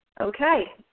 Okay